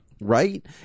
Right